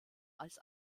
als